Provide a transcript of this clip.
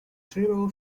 trivial